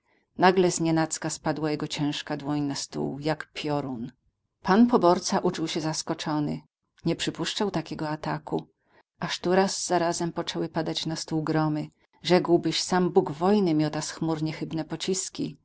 nagle znienacka spadła jego ciężka dłoń na stół jak piorun pan poborca uczuł się zaskoczony nie przypuszczał takiego ataku aż tu raz za razem poczęły padać na stół gromy rzekłbyś sam bóg wojny miota z chmur niechybne pociski